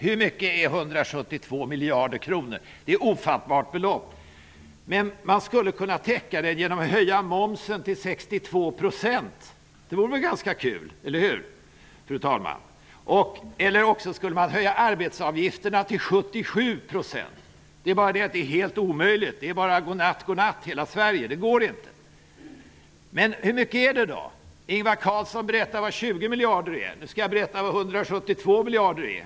Hur mycket är 172 miljarder kronor? Det är ett ofattbart belopp. Man skulle kunna täcka det genom att höja momsen till 62 %. Det vore väl ganska kul, fru talman? Eller också skulle man höja arbetsgivaravgiften till 77 %. Detta är dock helt omöjligt. Det betyder god natt för hela Sverige. Det går inte. Ingvar Carlsson berättade vad 20 miljarder är. Jag skall berätta vad 172 miljarder är.